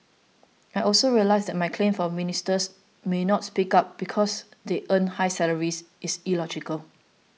I also realise that my claim that Ministers may not speak up because they earn high salaries is illogical